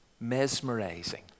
mesmerizing